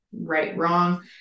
right-wrong